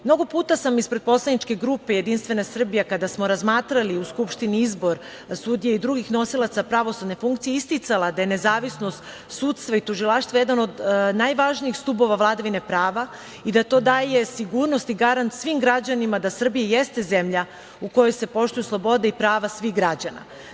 Mnogo puta sam ispred poslaničke grupe JS kada smo razmatrali u Skupštini izbor sudija i drugih nosilaca pravosudne funkcije isticala da je nezavisnost sudstva i tužilaštva jedan od najvažnijih stubova vladavine prava i da to daje sigurnost i garant svim građanima da Srbija jeste zemlja u kojoj se poštuju slobode i prava svih građana.